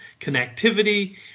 connectivity